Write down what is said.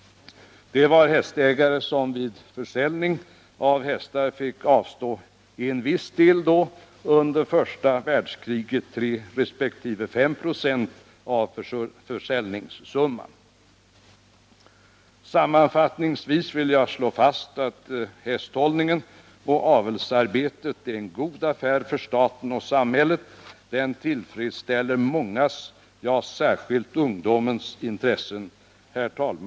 Det var hästägare som vid försäljning av hästar fick avstå en viss del — under första världskriget 3 resp. 5 26 av försäljningssumman. Sammanfattningsvis vill jag slå fast att hästhållningen och avelsarbetet är en god affär för staten och samhället. Det tillfredsställer mångas, särskilt ungdomens, intresse. Herr talman!